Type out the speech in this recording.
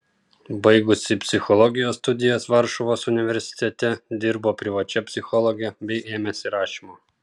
baigusi psichologijos studijas varšuvos universitete dirbo privačia psichologe bei ėmėsi rašymo